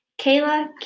Kayla